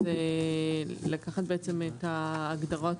לקחת את ההגדרות